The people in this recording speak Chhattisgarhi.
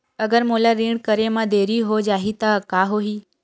अगर मोला ऋण करे म देरी हो जाहि त का होही?